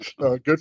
Good